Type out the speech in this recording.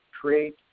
create